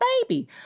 baby